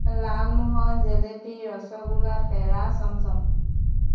Lalmohan jalebi rasgulla peda chamcham